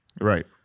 Right